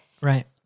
Right